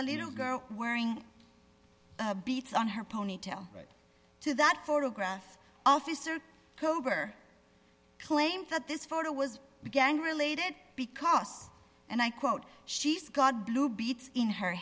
a little girl wearing beads on her ponytail right to that photograph officer kober claims that this photo was gang related because and i quote she's got blue beads in her